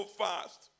fast